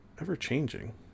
Ever-changing